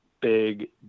big